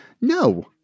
no